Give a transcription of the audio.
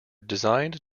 designed